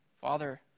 Father